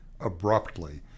abruptly